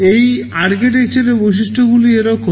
এই architecture এর বৈশিষ্ট্যগুলি এরকম